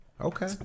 Okay